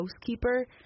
housekeeper